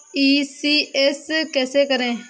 ECS कैसे करें?